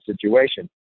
situation